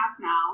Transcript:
now